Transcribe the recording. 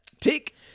Tick